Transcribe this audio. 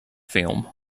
film